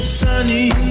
sunny